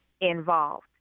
involved